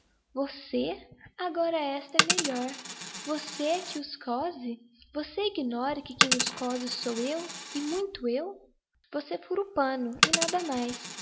você esta agora é melhor você é que os cose você ignora que quem os cose sou eu e muito eu você fura o panno nada mais